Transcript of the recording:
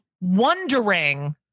wondering